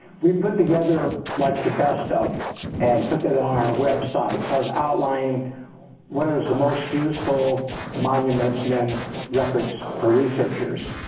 we put together like the best of and put it on our website sort of outlining what are the most useful monuments men records for researchers?